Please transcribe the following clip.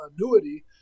annuity